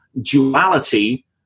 duality